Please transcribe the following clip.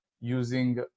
using